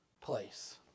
place